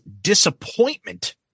disappointment